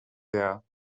there